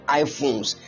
iPhones